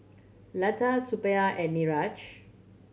Lata Suppiah and Niraj